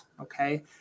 Okay